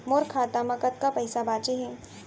मोर खाता मा कतका पइसा बांचे हे?